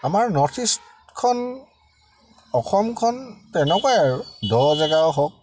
আমাৰ নৰ্থ ইষ্টখন অসমখন তেনেকুৱাই আৰু দ জেগাই হওক